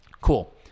Cool